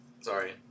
Sorry